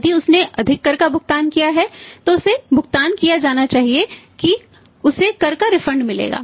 यदि उसने अधिक कर का भुगतान किया है तो उसे भुगतान किया जाना चाहिए कि उसे कर का रिफंड मिलेगा